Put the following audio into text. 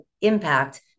impact